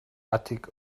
attic